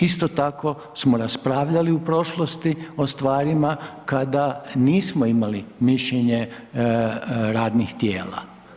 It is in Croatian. Isto tako smo raspravljali u prošlosti o stvarima kada nismo imali mišljenje radnih tijela.